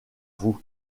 vous